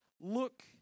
look